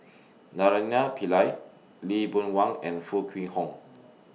Naraina Pillai Lee Boon Wang and Foo Kwee Horng